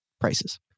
prices